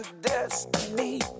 destiny